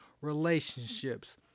Relationships